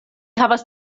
havas